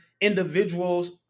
individuals